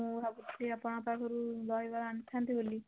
ମୁଁ ଭାବୁଥିଲି ଆପଣଙ୍କ ପାଖରୁ ଦହିବରା ଅଣିଥାନ୍ତି ବୋଲି